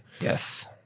Yes